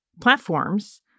platforms